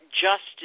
justice